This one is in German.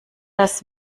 das